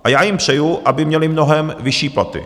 A já jim přeji, aby měli mnohem vyšší platy.